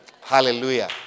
Hallelujah